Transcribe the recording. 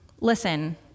listen